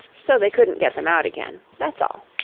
so they couldn't get them out again. that's all